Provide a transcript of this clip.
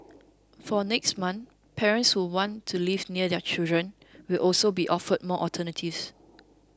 from next month parents who want to live near their children will also be offered more alternatives